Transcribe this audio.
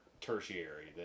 tertiary